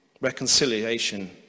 Reconciliation